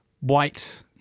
white